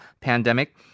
pandemic